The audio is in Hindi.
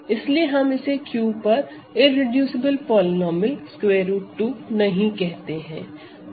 इसीलिए हम इसे Q पर इररेडूसिबल पॉलीनोमिअल √2 नहीं कहते हैं